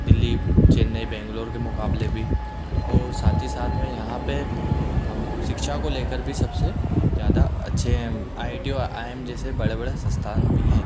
दिल्ली चेन्नई बेंगलोर के मुक़ाबले भी और साथ ही साथ में यहाँ पर हम सिक्षा को ले कर भी सब से ज़्यादा अच्छे हैं हम आई टी और आय एम जैसे बड़े बड़े सस्थान भी हैं